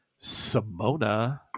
Simona